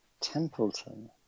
Templeton